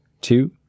two